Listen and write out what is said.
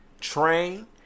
train